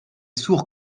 sourd